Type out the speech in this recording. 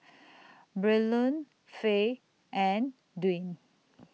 Braylon Fay and Dwain